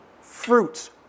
Fruits